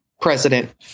president